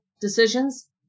decisions